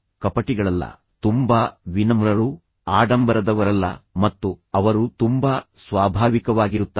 ಕೋಪ ಮತ್ತು ಬಹುಶಃ ನೀವು ಇದನ್ನು ಹೇಳುವುದನ್ನು ತಪ್ಪಿಸಬೇಕಾಗಿತ್ತು